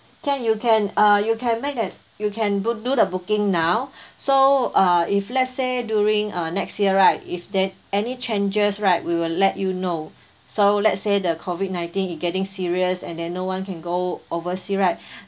can you can uh you can make that you can bo~ do the booking now so uh if let's say during uh next year right if that any changes right we will let you know so let's say the COVID nineteen it getting serious and then no one can go oversea right